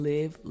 Live